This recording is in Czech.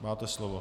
Máte slovo.